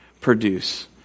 produce